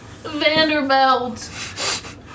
Vanderbilt